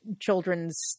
Children's